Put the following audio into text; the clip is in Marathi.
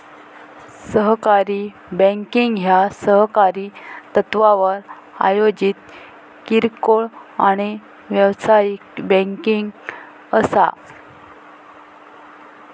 सहकारी बँकिंग ह्या सहकारी तत्त्वावर आयोजित किरकोळ आणि व्यावसायिक बँकिंग असा